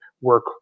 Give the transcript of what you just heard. work